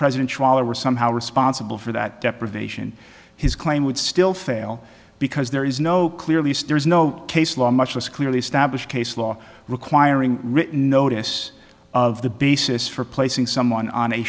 president were somehow responsible for that deprivation his claim would still fail because there is no clearly stairs no case law much less clearly established case law requiring written notice of the basis for placing someone on a